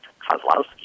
Kozlowski